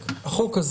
חבר הכנסת בגין צודק.